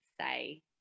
say